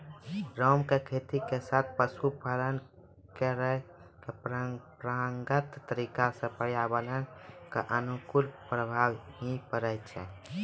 राम के खेती के साथॅ पशुपालन करै के परंपरागत तरीका स पर्यावरण कॅ अनुकूल प्रभाव हीं पड़ै छै